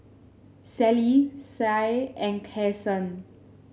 Sally Sie and Kason